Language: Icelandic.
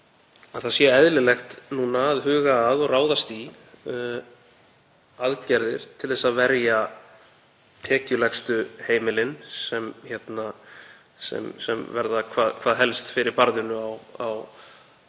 það sé eðlilegt núna að huga að og ráðast í aðgerðir til að verja tekjulægstu heimilin sem verða hvað helst fyrir barðinu á